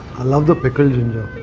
i love the pickled ginger.